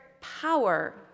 power